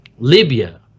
Libya